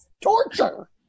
Torture